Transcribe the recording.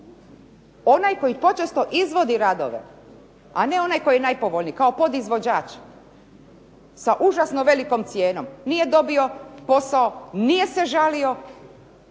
onaj koji počesto izvodi radove, a ne onaj koji je najpovoljniji, kao podizvođač, sa užasno velikom cijenom, nije dobio posao, nije se žalio,